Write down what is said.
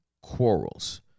quarrels